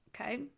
Okay